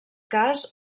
cas